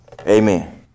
Amen